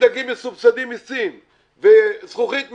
דגים מסובסדים מסין וזכוכית מטורקיה.